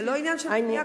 זה לא עניין של פנייה,